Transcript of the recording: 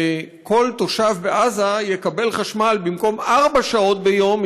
וכל תושב בעזה יקבל חשמל במקום ארבע שעות ביום,